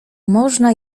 można